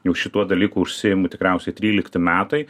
juk šituo dalyku užsiimu tikriausiai trylikti metai